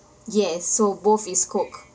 yes so both is coke